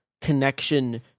connection